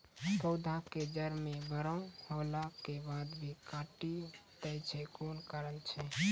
पौधा के जड़ म बड़ो होला के बाद भी काटी दै छै कोन कारण छै?